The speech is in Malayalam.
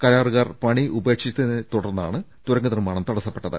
കരാറുകാർ പണി ഉപേ ക്ഷിച്ചതിനെത്തുടർന്നാണ് തുരങ്ക നിർമ്മാണം തടസ്സപ്പെട്ടത്